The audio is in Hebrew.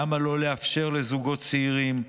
למה לא לאפשר לזוגות צעירים,